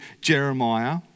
Jeremiah